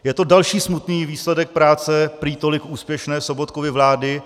Je to další smutný výsledek práce prý tolik úspěšné Sobotkovy vlády.